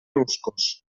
ruscos